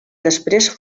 després